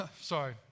sorry